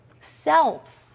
Self